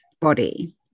body